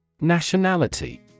Nationality